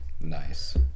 Nice